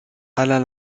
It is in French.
alain